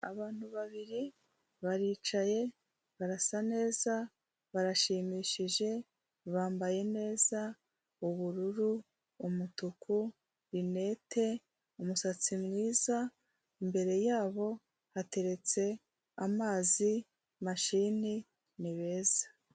Abantu babiri, baricaye, barasa neza, barashimishije, bambaye neza, ubururu, umutuku, rinete, umusatsi mwiza, imbere yabo hateretse amazi, mashine, ni beza.